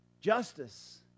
Justice